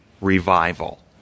revival